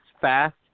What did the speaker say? fast